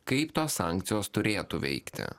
kaip tos sankcijos turėtų veikti